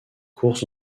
courses